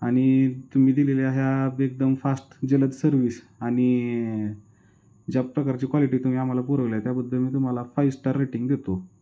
आणि तुम्ही दिलेल्या ह्या एकदम फास्ट जलद सर्विस आणि ज्या प्रकारची क्वालिटी तुम्ही आम्हाला पुरवल्या त्याबद्दल मी तुम्हाला फाइव स्टार रेटिंग देतो